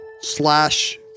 slash